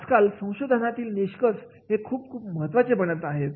आज काल संशोधनातील निष्कर्ष हे खूप खूप महत्त्वाचे बनत आहेत